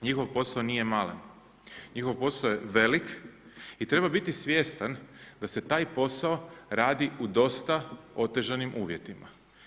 Njihov posao nije malen, njihov posao je velik i treba biti svjestan da se taj posao radi u dosta otežanim uvjetima.